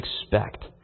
expect